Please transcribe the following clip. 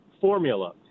formula